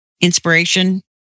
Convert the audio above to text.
inspiration